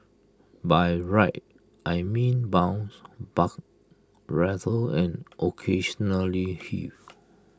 by ride I mean bounce buck rattle and occasionally heave